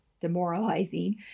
demoralizing